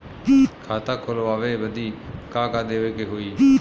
खाता खोलावे बदी का का देवे के होइ?